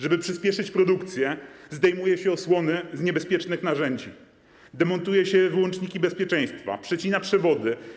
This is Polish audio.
Żeby przyspieszyć produkcję, zdejmuje się osłony z niebezpiecznych narzędzi, demontuje się wyłączniki bezpieczeństwa, przecina przewody.